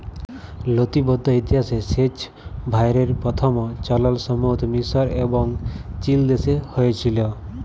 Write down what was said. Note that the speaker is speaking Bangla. লতিবদ্ধ ইতিহাসে সেঁচ ভাঁয়রের পথম চলল সম্ভবত মিসর এবং চিলদেশে হঁয়েছিল